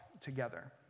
together